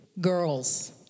Girls